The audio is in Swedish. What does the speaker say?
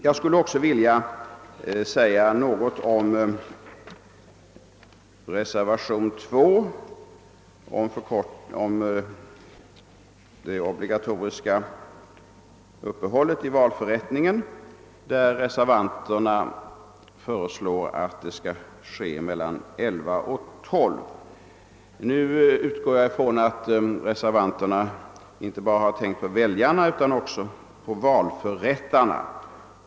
Jag skulle också vilja säga något om reservationen 2 beträffande det obligatoriska uppehållet i valförrättningen. Reservanterna föreslår ett sådant uppehåll mellan kl. 11 och kl. 12. Jag utgår ifrån att reservanterna inte bara tänkt på väljarna utan också på valförrättarna.